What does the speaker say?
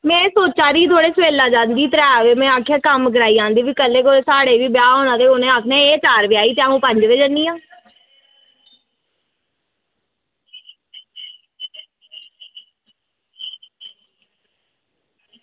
में सोचा दी ही थोह्ड़ी सबेल्ला जंदी ही त्रैऽ बजे ते उत्थें कम्म कराई औंदे कल्लै ई साढ़े बी ब्याह् होना ते एह् चैार बजे आई ही ते में पंज बजे जन्नी आं